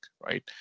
Right